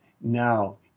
now